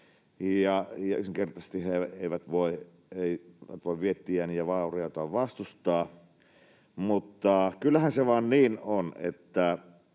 Yksinkertaisesti he eivät voi viettiään ja vauriotaan vastustaa. Mutta kyllähän se vain niin on, että